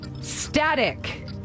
Static